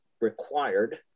required